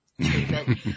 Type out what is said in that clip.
treatment